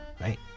right